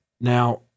Now